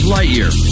Lightyear